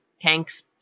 tanks